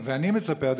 ואני מצפה,